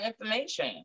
information